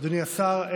אדוני השר,